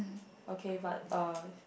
okay but uh